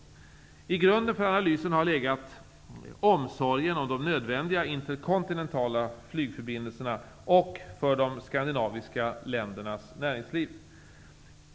I grunden för analysen har legat omsorgen om de nödvändiga interkontinentala flygförbindelserna för de skandinaviska ländernas näringsliv.